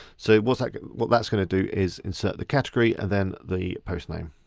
so what like what that's gonna do is insert the category and then the post name.